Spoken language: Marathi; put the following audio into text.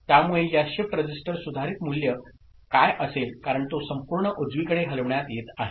त्यामुळेया शिफ्ट रजिस्टर सुधारित मूल्येकाय असेल कारणतोसंपूर्ण उजवीकडे हलविण्यात येत आहे